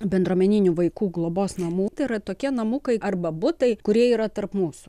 bendruomeninių vaikų globos namų tai yra tokie namukai arba butai kurie yra tarp mūsų